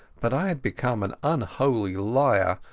but i had become an unholy liar,